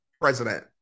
president